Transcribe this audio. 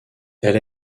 elle